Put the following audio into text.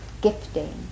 gifting